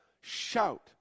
shout